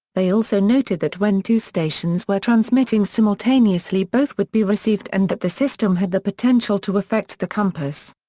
they also noted that when two stations were transmitting simultaneously both would be received and that the system had the potential to affect the compass.